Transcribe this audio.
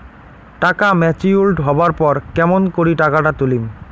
টাকা ম্যাচিওরড হবার পর কেমন করি টাকাটা তুলিম?